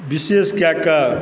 विशेष कएकेँ